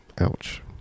Ouch